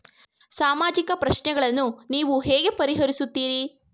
ಸಾಮಾಜಿಕ ಪ್ರಶ್ನೆಗಳನ್ನು ನೀವು ಹೇಗೆ ಪರಿಹರಿಸುತ್ತೀರಿ?